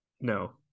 no